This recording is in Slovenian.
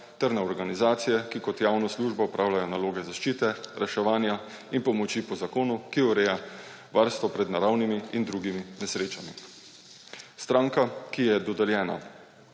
ter na organizacije, ki kot javno službo opravljajo naloge zaščite reševanja in pomoči po zakonu, ki ureja varstvo pred naravnimi in drugimi nesrečami. Stranka, ki ji je dodeljena